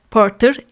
Porter